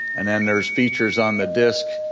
and then there's features on the disc,